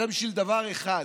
אלא בשביל דבר אחד,